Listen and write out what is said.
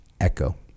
Echo